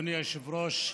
אדוני היושב-ראש.